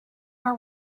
our